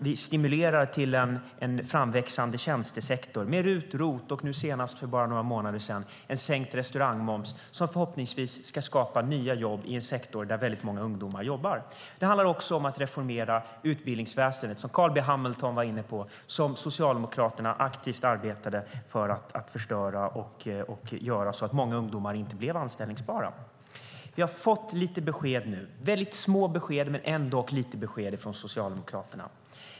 Vi stimulerar en framväxande tjänstesektor med RUT och ROT och nu senast, för bara några månader sedan, en sänkt restaurangmoms som förhoppningsvis skapar nya jobb i en sektor där väldigt många ungdomar jobbar. Det handlar också om att reformera utbildningsväsendet, som Carl B Hamilton var inne på. Socialdemokraterna arbetade aktivt för att förstöra det och göra så att många ungdomar inte blev anställbara. Vi har fått lite besked nu från Socialdemokraterna - väldigt lite, men ändock besked.